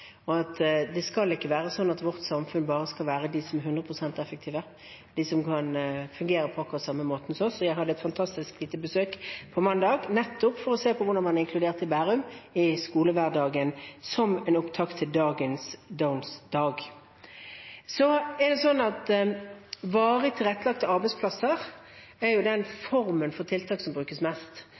og at det ikke skal være sånn at vårt samfunn bare skal være for dem som er hundre prosent effektive, for dem som kan fungere på akkurat samme måten som oss. Og jeg var på et fantastisk besøk på mandag for å se på hvordan man er inkludert i skolehverdagen i Bærum, nettopp som en opptakt til dagens Downs-dag. Varig tilrettelagte arbeidsplasser er den formen for tiltak som brukes mest.